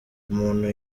umuntu